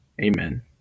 Amen